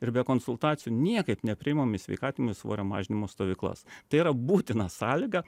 ir be konsultacijų niekaip nepriimam į sveikatinimui svorio mažinimo stovyklas tai yra būtina sąlyga